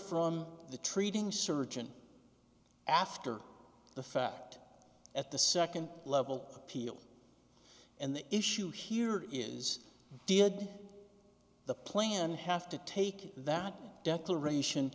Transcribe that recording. from the treating surgeon after the fact at the second level appeal and the issue here is did the plan have to take that declaration